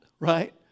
Right